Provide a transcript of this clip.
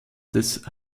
des